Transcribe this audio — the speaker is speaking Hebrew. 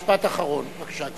משפט אחרון, בבקשה, גברתי.